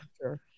sure